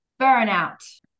burnout